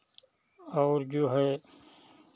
और जो है